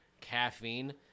caffeine